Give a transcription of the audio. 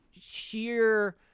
sheer